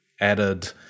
added